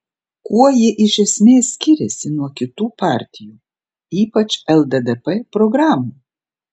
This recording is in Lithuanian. kuo ji iš esmės skiriasi nuo kitų partijų ypač lddp programų